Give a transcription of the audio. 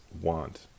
want